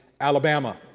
Alabama